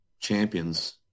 champions